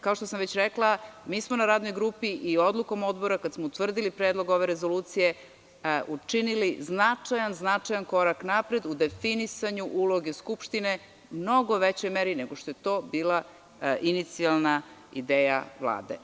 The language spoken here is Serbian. Kao što sam već rekla, na radnoj grupi smo, a i odlukom odbora, potvrdili predlog ove rezolucije, učinili značajan korak napred u definisanju uloge Skupštine u mnogo većoj meri nego što je to bila inicijalna ideja Vlade.